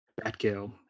Batgirl